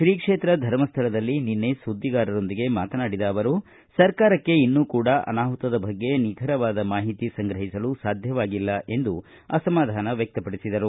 ಶೀ ಕ್ಷೇತ್ರ ಧರ್ಮಸ್ಥಳದಲ್ಲಿ ನಿನ್ನೆ ಸುದ್ದಿಗಾರರೊಂದಿಗೆ ಮಾತನಾಡಿದ ಅವರು ಸರ್ಕಾರಕ್ಕೆ ಇನ್ನೂ ಕೂಡಾ ಅನಾಹುತದ ಬಗ್ಗೆ ನಿಖರವಾದ ಮಾಹಿತಿ ಸಂಗ್ರಹಿಸಲು ಸಾಧ್ಯವಾಗಿಲ್ಲ ಎಂದು ಅಸಮಾಧಾನ ವ್ಯಕ್ತಪಡಿಸಿದರು